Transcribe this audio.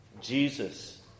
Jesus